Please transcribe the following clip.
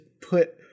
put